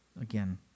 Again